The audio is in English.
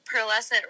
pearlescent